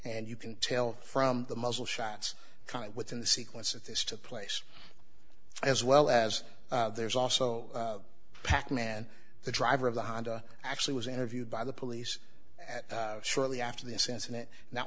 and you can tell from the muzzle shots kind of within the sequence of this took place as well as there's also pac man the driver of the honda actually was interviewed by the police at shortly after this incident and that